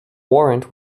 warrant